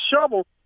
shovel